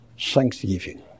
thanksgiving